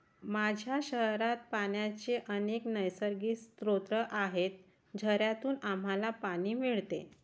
माझ्या शहरात पाण्याचे अनेक नैसर्गिक स्रोत आहेत, झऱ्यांतून आम्हाला पाणी मिळते